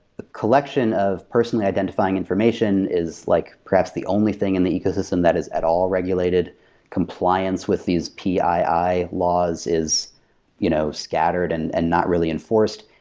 the collection of personally identifying information is like perhaps the only thing in the ecosystem that is at all regulated compliance with these pii laws is you know scattered and and not really enforced.